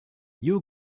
you